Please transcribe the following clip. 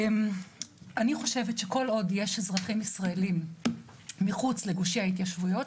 אני חושבת שכל עוד יש אזרחים ישראלים מחוץ לגושי ההתיישבות,